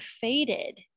faded